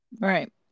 Right